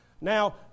Now